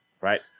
right